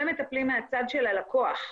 ומטפלים מהצד של הלקוח,